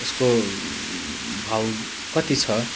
यसको भाउ कति छ